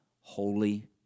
Holy